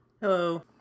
Hello